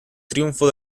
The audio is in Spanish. triunfo